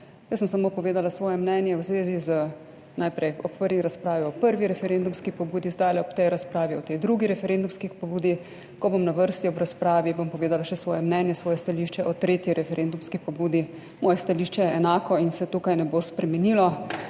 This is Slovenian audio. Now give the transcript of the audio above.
jaz sem samo povedala svoje mnenje v zvezi z, najprej ob prvi razpravi o prvi referendumski pobudi, zdaj ob tej razpravi o tej drugi referendumski pobudi, ko bom na vrsti ob razpravi, bom povedala še svoje mnenje, svoje stališče o tretji referendumski pobudi. Moje stališče je enako in se tukaj ne bo spremenilo.